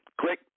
Click